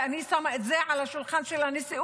ואני שמה את זה על השולחן של הנשיאות,